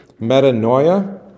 Metanoia